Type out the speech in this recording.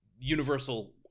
universal